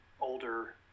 older